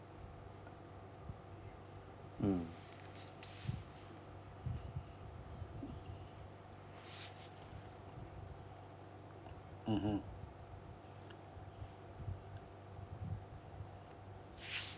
mm mm mm